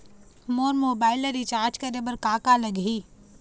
मोर mobile ला recharge करे बर का का लगही?